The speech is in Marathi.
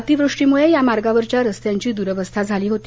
अतिवृष्टीमुळे या मार्गावरच्या रस्त्यांची द्रवस्था झाली होती